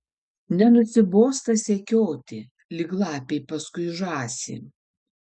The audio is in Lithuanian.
nenusibosta sekioti lyg lapei paskui žąsį